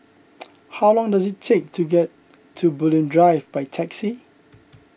how long does it take to get to Bulim Drive by taxi